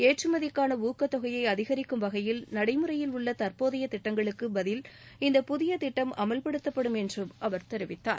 ஏற்றுமதிக்கான ஊக்கத் தொகையை அதிகரிக்கும் வகையில் நடைமுறையில் உள்ள தற்போதைய திட்டங்களுக்கு பதில் இந்த புதிய திட்டம் அமல்படுத்தப்படும் என்று அவர் தெரிவித்தார்